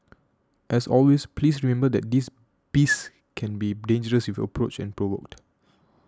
as always please remember that these beasts can be dangerous if approached and provoked